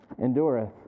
endureth